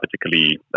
particularly